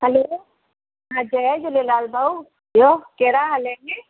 hello हा जय झूलेलाल भाऊ ॿियो कहिड़ा हाल आहिनि